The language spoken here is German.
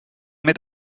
mit